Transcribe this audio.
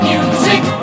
Music